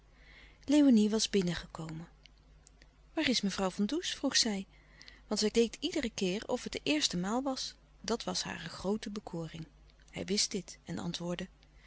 léonie was binnengekomen waar is mevrouw van does vroeg zij want zij deed iederen keer of het de eerste maal was dat was hare groote bekoring hij wist dit en hij antwoordde